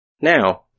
now